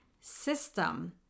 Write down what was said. system